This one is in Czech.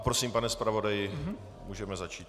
Prosím, pane zpravodaji, můžeme začít.